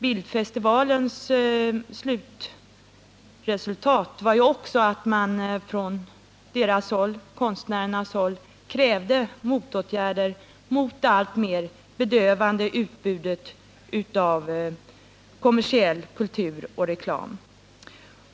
Bildfestivalens slutresultat var också att man från konstnärernas håll krävde motåtgärder mot det alltmer bedövande utbudet av kommersiell kultur och reklam.